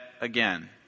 again